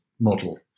model